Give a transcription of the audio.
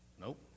nope